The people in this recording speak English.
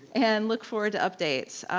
and look forward to updates.